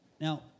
Now